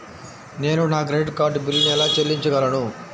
నేను నా credit card బిల్లును ఎలా చెల్లించగలను?